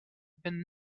been